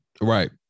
Right